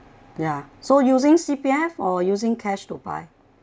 ya so using C_P_F or using cash to buy